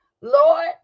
lord